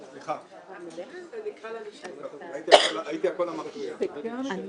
תדע לדרוש את זה וגם אם לא, שהיא תדע למי לקרוא.